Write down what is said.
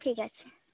ঠিক আছে